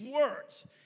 words